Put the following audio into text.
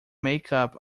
makeup